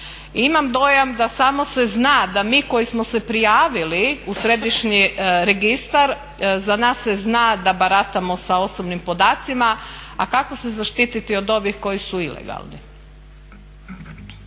Imamo dojam da samo se zna da mi koji smo se prijavili u središnji registar za nas se zna da baratamo sa osobnim podacima, a kako se zaštititi od ovih koji su ilegalni.